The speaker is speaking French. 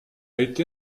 été